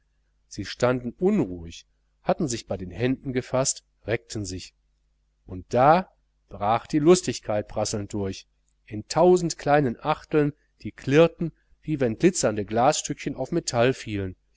sie standen unruhig hatten sich bei den händen gefaßt reckten sich und da brach die lustigkeit prasselnd durch in tausend kleinen achteln die klirrten wie wenn glitzernde glasstückchen auf metall fielen